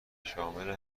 شامل